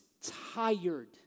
tired